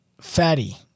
fatty